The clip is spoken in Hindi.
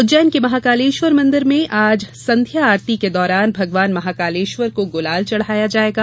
उज्जैन के महाकालेश्वर मंदिर में आज संध्या आरती के दौरान भगवान महाकालेश्वर को गुलाल चढ़ाया जायेगा